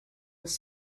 was